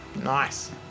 Nice